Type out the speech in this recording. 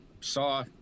saw